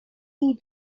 jej